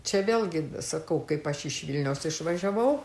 čia vėlgi sakau kaip aš iš vilniaus išvažiavau